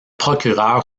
procureur